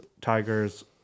Tigers